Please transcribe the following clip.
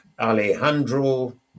Alejandro